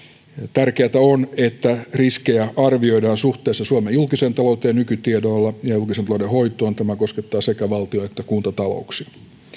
tärkeätä on että riskejä arvioidaan suhteessa suomen julkiseen talouteen nykytiedoilla ja julkisen talouden hoitoon tämä koskettaa sekä valtiontaloutta että kuntatalouksia